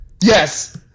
Yes